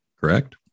correct